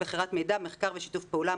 מחקר ושיתוף פעולה,